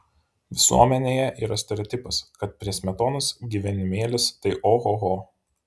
visuomenėje yra stereotipas kad prie smetonos gyvenimėlis tai ohoho